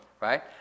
right